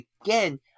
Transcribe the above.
again